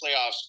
playoffs